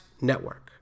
network